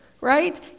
right